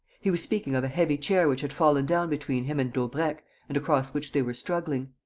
he was speaking of a heavy chair which had fallen down between him and daubrecq and across which they were struggling.